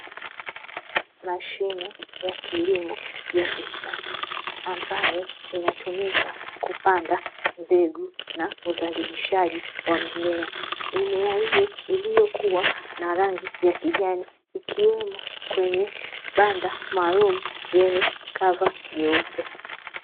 Mashine ya kilimo ya kisasa ambayo inatumika kupanda mbegu na uzalishaji wa mimea. Mimea hiyo iliyokua na rangi ya kijani ikiwemo kwenye banda maalumu yenye kava jeupe.